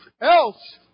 Else